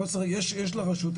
יש לרשות,